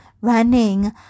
running